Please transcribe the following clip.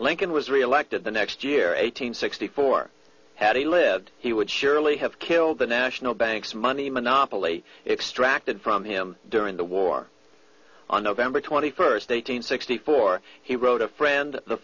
lincoln was reelected the next year eight hundred sixty four had he lived he would surely have killed the national banks money monopoly extracted from him during the war on nov twenty first eight hundred sixty four he wrote a friend the